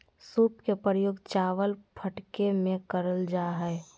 सूप के प्रयोग चावल फटके में करल जा हइ